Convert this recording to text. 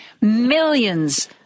Millions